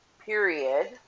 Period